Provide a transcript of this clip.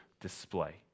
display